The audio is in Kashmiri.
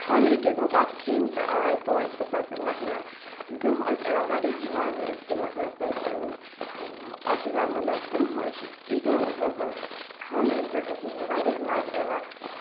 خاندرٕکی دۄہ بَتہٕ کھٮ۪نۍ تہٕ آے تورٕ تہٕ پَتہٕ مۄکلٮ۪و برونہہ اوس یِوان واریاہ مَزٕ ٲسۍ مطلب تَتہِ اوس آسان مطلب برونہہ ٲسۍ ییٚتہِ مطلب خاندرَس پٮ۪ٹھ اوس مےٚ واریاہ مَزٕ یِوان